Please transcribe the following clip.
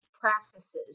practices